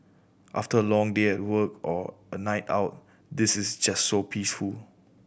after a long day at work or a night out this is just so peaceful